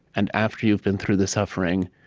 and after you've been through the suffering,